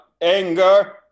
anger